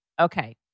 Okay